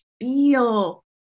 feel